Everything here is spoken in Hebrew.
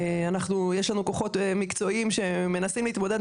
יש לנו כוחות מקצועיים שמנסים להתמודד,